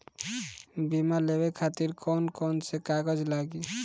बीमा लेवे खातिर कौन कौन से कागज लगी?